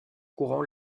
courant